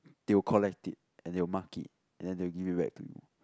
they will collect it and they will mark it and then they will give it back to you